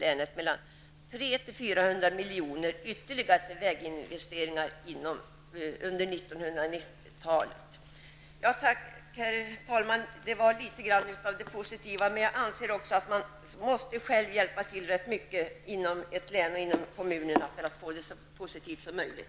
På detta sätt tillförs länet 300-- Herr talman! Det var litet grand av det positiva, men jag anser att man själv måste hjälpa till rätt mycket inom ett län och en kommun för att få en så positiv utveckling som möjligt.